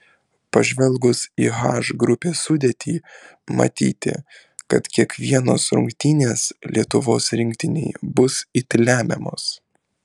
pažvelgus į h grupės sudėtį matyti kad kiekvienos rungtynės lietuvos rinktinei bus it lemiamos